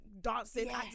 dancing